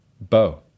bow